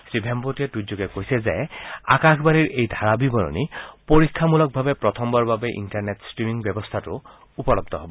শ্ৰীভেমপতিয়ে টুইটযোগে কৈছে যে আকাশবাণীৰ এই ধাৰাবিৱৰণী পৰীক্ষামূলকভাৱে প্ৰথমবাৰৰ বাবে ইণ্টাৰনেট ট্টিমিং ব্যৱস্থাতো উপলব্ধ হ'ব